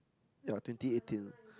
yea twenty eighteen